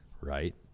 Right